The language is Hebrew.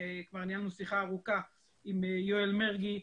ניהלנו שיחה ארוכה עם יואל מרגי,